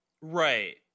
Right